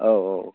औ औ